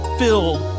filled